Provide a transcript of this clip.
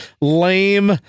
Lame